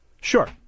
Sure